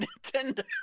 Nintendo